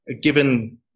given